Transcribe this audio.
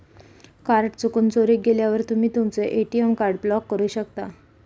card चुकून, चोरीक गेल्यावर तुम्ही तुमचो ए.टी.एम कार्ड ब्लॉक करू शकता